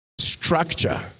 structure